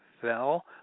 fell